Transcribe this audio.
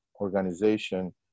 organization